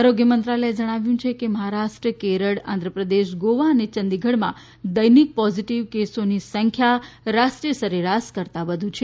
આરોગ્ય મંત્રાલયે જણાવ્યું છે કે મહારાષ્ટ્ર કેરળ આંધ્રપ્રદેશ ગોવા અને યંદીગઢમાં દૈનિક પોઝીટીવ કેસોની સંખ્યા રાષ્ટ્રીય સરેરાશ કરતા વધુ છે